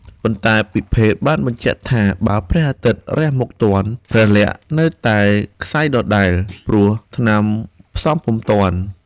ប៉ុន្តែពិភេកបានបញ្ជាក់ថា បើព្រះអាទិត្យរះមកទាន់ ព្រះលក្សណ៍នៅតែក្ស័យដដែល ព្រោះថ្នាំផ្សំពុំទាន់។